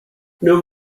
nur